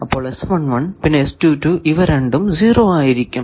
അപ്പോൾ പിന്നെ ഇവ രണ്ടും 0 ആയിരിക്കും